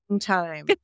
time